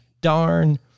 darn